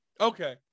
okay